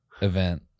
event